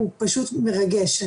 הוא פשוט מרגש.